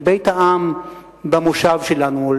לבית-העם במושב שלנו,